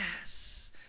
yes